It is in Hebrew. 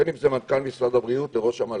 בין אם זה מנכ"ל משרד הבריאות וראש המל"ל,